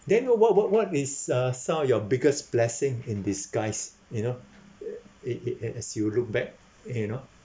then what what what is uh some of your biggest blessing in disguise you know uh it it as you look back you know